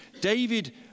David